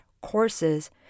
courses